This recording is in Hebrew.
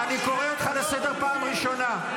--- אני קורא אותך לסדר פעם ראשונה.